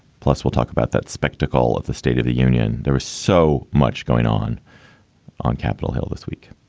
plus, we'll talk about that spectacle of the state of the union. there is so much going on on capitol hill this week.